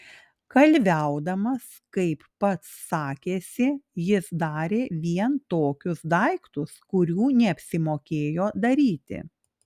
kalviaudamas kaip pats sakėsi jis darė vien tokius daiktus kurių neapsimokėjo daryti